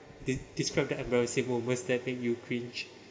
de~ describe the embarrassing moments that makes you cringe